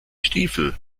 stiefel